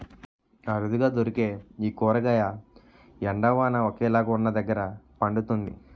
అరుదుగా దొరికే ఈ కూరగాయ ఎండ, వాన ఒకేలాగా వున్నదగ్గర పండుతుంది